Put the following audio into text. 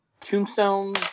tombstone